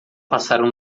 passaram